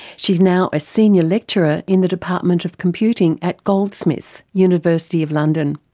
she's now a senior lecturer in the department of computing at goldsmiths university of london.